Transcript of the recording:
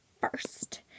first